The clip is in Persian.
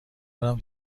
دارم